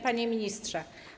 Panie Ministrze!